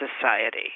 society